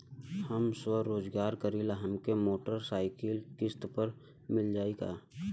हम स्वरोजगार करीला हमके मोटर साईकिल किस्त पर मिल जाई का?